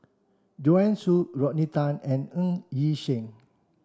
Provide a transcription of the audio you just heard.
Joanne Soo Rodney Tan and Ng Yi Sheng